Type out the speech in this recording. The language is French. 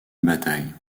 bataille